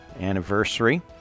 anniversary